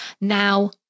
Now